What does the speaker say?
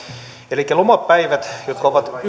elikkä lomapäivät jotka ovat